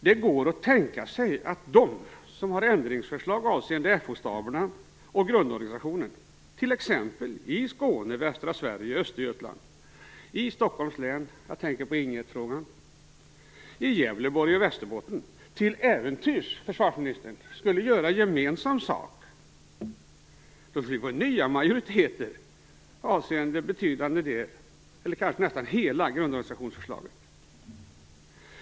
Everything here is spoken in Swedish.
Det går att tänka sig att de som har ändringsförslag avseende FO staberna och grundorganisationen - t.ex. i Skåne, i västra Sverige, i Östergötland, i Stockholms län i frågan om Ing 1, i Gävleborg och i Västerbotten - till äventyrs gör gemensam sak, försvarsministern. Då skulle vi få nya majoriteter avseende en betydande del, eller kanske nästan hela grundorganisationsförslaget.